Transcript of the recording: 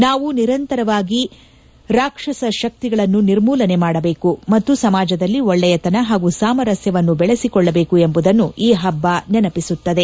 ನಾವು ನಿರಂತರವಾಗಿ ರಾಕ್ಷಸ ಶಕ್ತಿಗಳನ್ನು ನಿರ್ಮೂಲನೆ ಮಾಡಬೇಕು ಮತ್ತು ಸಮಾಜದಲ್ಲಿ ಒಳ್ಳೆಯತನ ಹಾಗೂ ಸಾಮರಸ್ಲವನ್ನು ಬೆಳೆಸಿಕೊಳ್ಳಬೇಕು ಎಂಬುದನ್ನು ಈ ಹಬ್ಲವು ನೆನಪಿಸುತ್ತದೆ